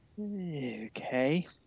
Okay